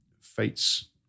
fates